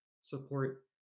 support